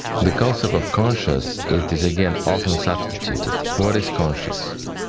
the concept of conscience, it is again often substituted. what is conscience?